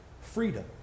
freedom